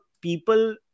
people